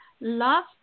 love